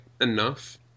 enough